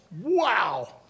wow